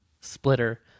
splitter